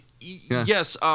yes